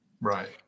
Right